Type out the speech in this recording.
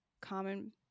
common